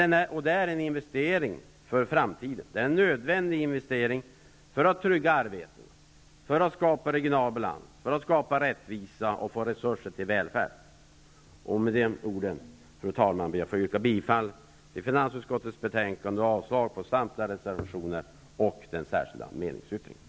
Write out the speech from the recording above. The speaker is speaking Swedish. Det är en nödvändig investering för framtiden -- för att ge trygga arbeten, för att skapa regional balans, för att skapa rättvisa och få resurser till välfärd. Med de orden, fru talman, ber jag att få yrka bifall till finansutskottets hemställan och avslag på samtliga reservationer och den särskilda meningsyttringen.